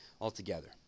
altogether